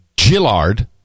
gillard